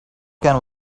can